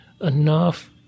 enough